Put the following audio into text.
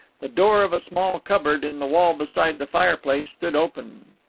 the door of a small cupboard in the wall beside the fireplace stood open,